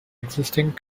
existing